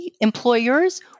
employers